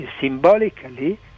symbolically